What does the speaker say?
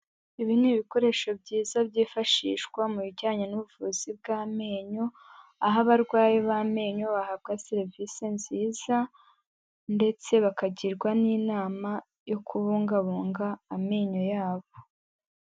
Ibi ni ibikoresho byiza byifashishwa mu bijyanye n'ubuvuzi bw'amenyo, aho abarwayi b'amenyo bahabwa serivisi nziza ndetse bakagirwa n'inama yo kubungabunga amenyo yabo.